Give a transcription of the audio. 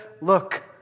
look